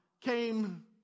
came